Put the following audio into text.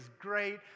great